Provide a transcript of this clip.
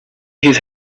his